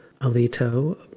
Alito